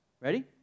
Ready